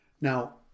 Now